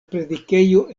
predikejo